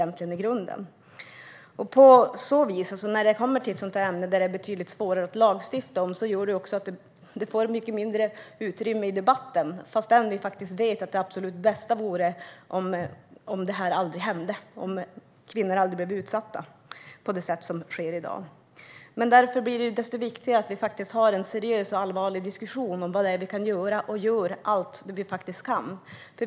När det handlar om ett sådant här ämne - som är betydligt svårare att lagstifta om - får ämnet mycket mindre utrymme i debatten, trots att vi vet att det bästa vore om detta aldrig hände och kvinnor aldrig blev utsatta på det sätt som sker i dag. Därför blir det desto viktigare att vi har en seriös och allvarlig diskussion om vad vi kan göra och att vi gör allt vi kan.